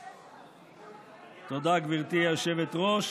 תודה, גברתי היושבת-ראש.